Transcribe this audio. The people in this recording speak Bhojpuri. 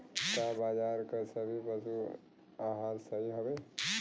का बाजार क सभी पशु आहार सही हवें?